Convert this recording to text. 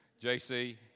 JC